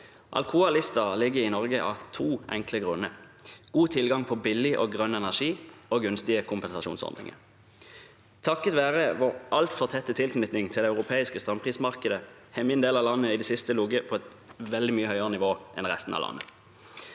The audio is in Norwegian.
Alcoa Lista ligger i Norge av to enkle grunner: god tilgang på billig og grønn energi og gunstige kompensasjonsordninger. Takket være vår altfor tette tilknytning til det europeiske strømprismarkedet har min del av landet i det siste ligget på et veldig mye høyere nivå enn resten av landet.